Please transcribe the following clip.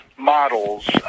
models